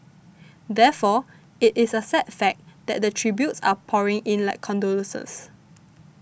therefore it is a sad fact that the tributes are pouring in like condolences